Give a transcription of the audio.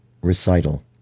Recital